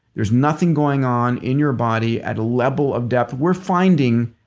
there's nothing going on in your body, at a level of depth. we're finding,